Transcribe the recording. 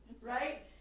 right